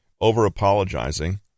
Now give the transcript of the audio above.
Over-apologizing